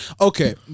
Okay